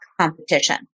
competition